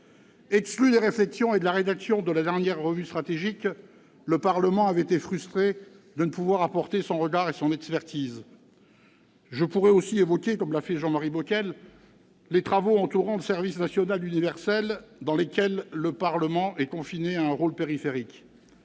Exclu des réflexions et de la rédaction de la dernière revue stratégique, le Parlement avait été frustré de ne pouvoir apporter son regard et son expertise. Je pourrais aussi évoquer, comme l'a fait Jean-Marie Bockel, les travaux entourant le service national universel, dans lesquels le Parlement est confiné à un rôle périphérique.